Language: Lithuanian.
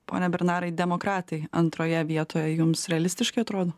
pone bernarai demokratai antroje vietoje jums realistiškai atrodo